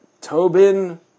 Tobin